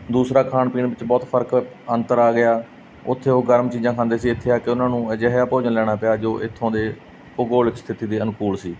ਦੂਸਰਾ ਖਾਣ ਪੀਣ ਵਿੱਚ ਬਹੁਤ ਫ਼ਰਕ ਅੰਤਰ ਆ ਗਿਆ ਉੱਥੇ ਉਹ ਗਰਮ ਚੀਜ਼ਾਂ ਖਾਂਦੇ ਸੀ ਇੱਥੇ ਆ ਕੇ ਉਹਨਾਂ ਨੂੰ ਅਜਿਹਾ ਭੋਜਨ ਲੈਣਾ ਪਿਆ ਜੋ ਇੱਥੋਂ ਦੇ ਭੂਗੋਲਿਕ ਸਥਿਤੀ ਦੇ ਅਨੁਕੂਲ ਸੀ